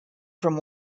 from